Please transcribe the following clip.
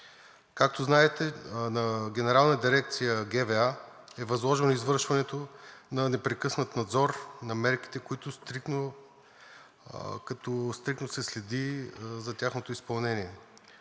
Както знаете, на Генерална дирекция ГВА е възложено извършването на непрекъснат надзор на мерките, като стриктно се следи за тяхното изпълнение.